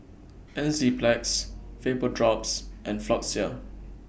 Enzyplex Vapodrops and Floxia